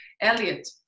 Elliot